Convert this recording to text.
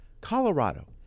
Colorado